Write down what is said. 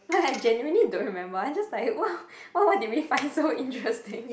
what I generally don't remember I just like !wah! what what did we find so interesting